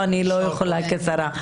כי היא לא יכולה לעשות את זה כשרה,